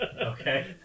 Okay